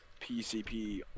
PCP